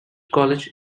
college